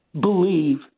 believe